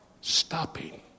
stopping